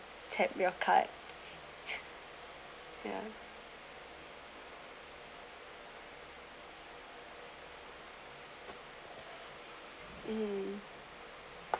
take your card ya um